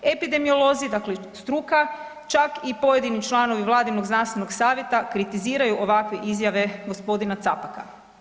Epidemiolozi, dakle struka čak i pojedini članovi vladinog znanstvenog savjeta kritiziraju ovakve izjave gospodina Capaka.